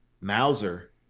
mauser